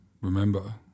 Remember